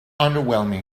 underwhelming